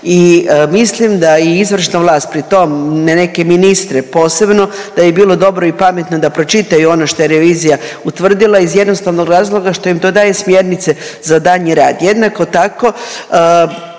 i mislim da i izvršna vlast, pri tom na neke ministre posebno, da bi bilo dobro i pametno da pročitaju ono šta je revizija utvrdila iz jednostavnog razloga što im to daje smjernice za daljnji rad. Jednako tako